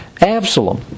Absalom